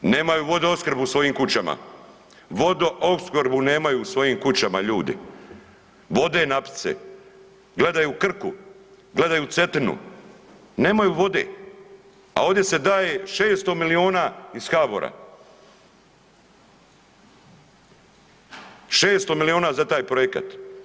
Nemaju vodoopskrbu u svojim kućama, vodoopskrbu nemaju u svojim kućama ljudi, vode napit se, gledaju Krku, gledaju Cetinu, nemaju vode, a ovdje se daje 600 milijona iz HBOR-a, 600 milijona za taj projekat.